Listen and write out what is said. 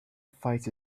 finds